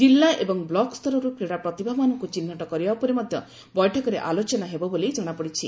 ଜିଲ୍ଲା ଏବଂ ବ୍ଲକ୍ ସ୍ତରରୁ କ୍ରୀଡ଼ା ପ୍ରତିଭାମାନଙ୍କୁ ଚିହ୍ନଟ କରିବା ଉପରେ ମଧ୍ୟ ବୈଠକରେ ଆଲୋଚନା ହେବ ବୋଲି ଜଣାପଡ଼ିଛି